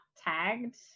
tagged